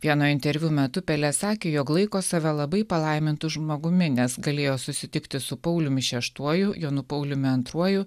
vieno interviu metu pele sakė jog laiko save labai palaimintu žmogumi nes galėjo susitikti su pauliumi šeštuoju jonu pauliumi antruoju